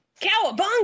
Cowabunga